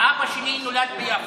אבא שלי נולד ביפו,